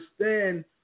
understand